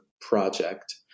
project